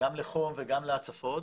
גם לחום וגם להצפות